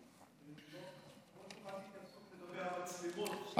לא שמעתי התייחסות לגבי המצלמות.